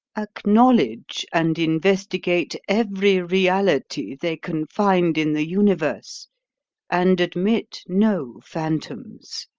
acknowledge and investigate every reality they can find in the universe and admit no phantoms.